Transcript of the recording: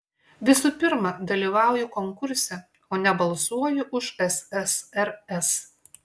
visų pirma dalyvauju konkurse o ne balsuoju už ssrs